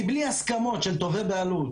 מבלי הסכמות של תובעי בעלות,